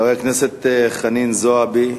חברת הכנסת חנין זועבי,